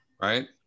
right